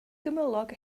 gymylog